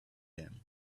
them